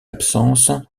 absence